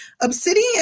Obsidian